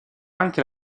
anche